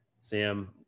sam